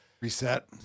reset